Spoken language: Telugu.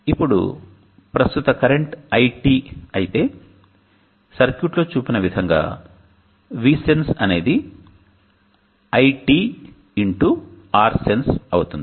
ఇప్పుడు ప్రస్తుత కరెంట్ iT అయితే సర్క్యూట్ లో చూపిన విధంగా VSENSE అనేది iT x RSENSE అవుతుంది